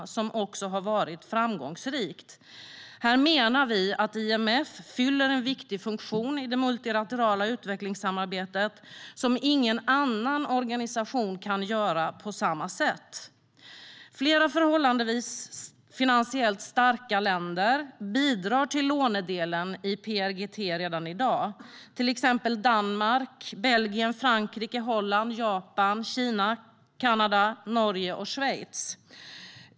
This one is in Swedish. Detta arbete har också varit framgångsrikt. Vi menar att IMF fyller en viktig funktion i det multilaterala utvecklingssamarbetet som ingen annan organisation kan fylla på samma sätt. Flera förhållandevis finansiellt starka länder bidrar till lånedelen i PRGT redan i dag, till exempel Danmark, Belgien, Frankrike, Holland, Japan, Kina, Kanada, Norge och Schweiz.